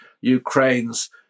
Ukraine's